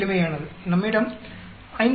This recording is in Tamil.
எளிமையானது நம்மிடம் 5